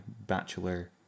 bachelor